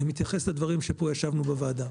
אני מתייחס לדברים שפה ישבנו בוועדה.